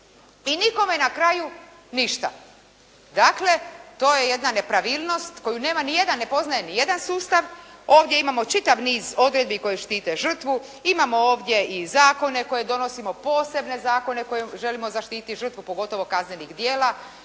i nikome na kraju ništa. Dakle, to je jedna nepravilnost koju ne poznaje nijedan sustav. Ovdje imamo čitav niz odredbi koje štite žrtvu, imamo ovdje i zakone koje donosimo, posebne zakone koje želimo zaštiti žrtvu pogotovo kaznenih djela.